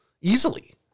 easily